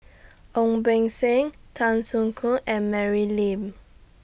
Ong Beng Seng Tan Soo Khoon and Mary Lim